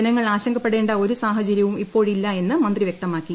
ജനങ്ങൾ ആശങ്കപ്പെടേണ്ട ഒരു സാഹചര്യവും ഇപ്പോഴില്ല എന്ന് മന്ത്രി വൃക്തമാക്കി